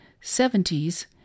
seventies